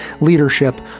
leadership